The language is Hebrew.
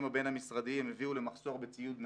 הבין-משרדיים הביאו למחסור בציוד נייד.